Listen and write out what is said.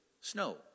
snow